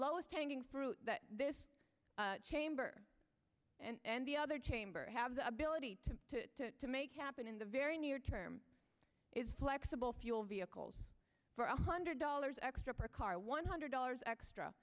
lowest hanging fruit that this chamber and the other chamber have the ability to to make happen in the very near term is flexible fuel vehicles for one hundred dollars extra per car one hundred dollars extra